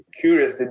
curious